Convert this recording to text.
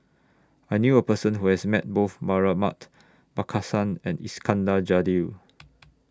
I knew A Person Who has Met Both Markasan and Iskandar Jalil